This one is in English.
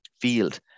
field